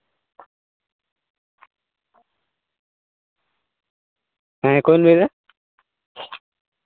ᱦᱮᱸ ᱚᱠᱚᱭᱮᱢ ᱞᱟᱹᱭ ᱮᱫᱟ